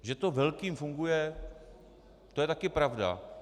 Že to velkým funguje, to je taky pravda.